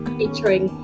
featuring